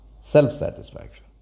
self-satisfaction